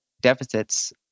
deficits